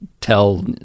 tell